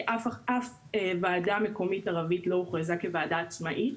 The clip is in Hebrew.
כי אף ועדה מקומית ערבית לא הוכרזה כוועדה עצמאית.